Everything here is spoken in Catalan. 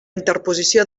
interposició